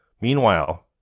Meanwhile